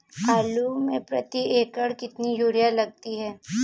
आलू में प्रति एकण कितनी यूरिया लगती है?